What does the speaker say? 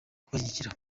kubashyigikira